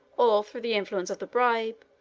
or through the influence of the bribe,